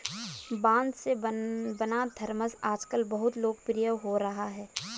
बाँस से बना थरमस आजकल बहुत लोकप्रिय हो रहा है